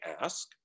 ask